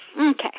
Okay